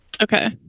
Okay